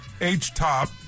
H-Top